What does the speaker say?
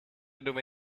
dove